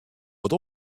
wat